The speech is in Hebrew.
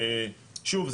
שוב,